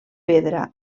pedra